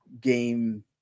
game